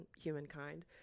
humankind